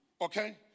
Okay